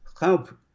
help